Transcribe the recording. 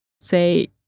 say